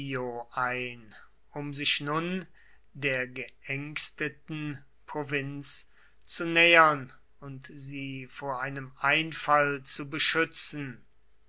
ein um sich nun der geängsteten provinz zu nähern und sie vor einem einfall zu beschützen